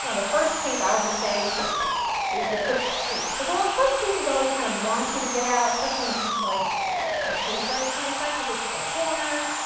you know the first piece, i always say is the cooks treat, because the first piece is always kinda wonky to get out, especially when it comes to like a cake or anything like that because it's the corner.